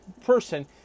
person